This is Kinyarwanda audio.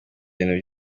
ibintu